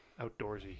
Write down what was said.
Outdoorsy